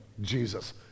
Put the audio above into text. Jesus